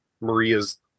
Maria's